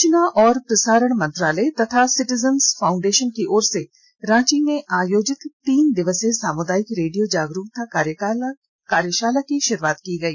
सूचना एवं प्रसारण मंत्रालय और सिटीजन्स फाउंडेषन की ओर से रांची में आयोजित तीन दिवसीय सामुदायिक रेडियो जागरूकता कार्यषाला की शुरूआत हुई